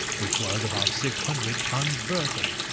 which was about six hundred tons burthen.